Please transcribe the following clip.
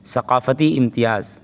ثقافتی امتیاز